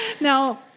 Now